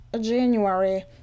January